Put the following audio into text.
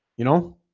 you know